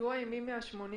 ידוע אם מישהו מה-80